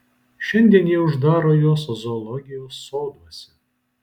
šiandien jie uždaro juos zoologijos soduose